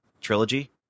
trilogy